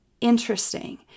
Interesting